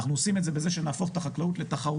אנחנו עושים את זה בזה שנהפוך את החקלאות לתחרותית,